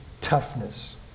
toughness